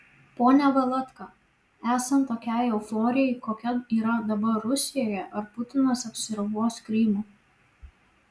pone valatka esant tokiai euforijai kokia yra dabar rusijoje ar putinas apsiribos krymu